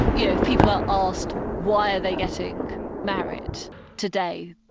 yeah people are asked why are they getting married today,